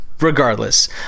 regardless